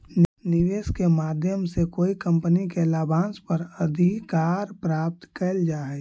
निवेश के माध्यम से कोई कंपनी के लाभांश पर अधिकार प्राप्त कैल जा हई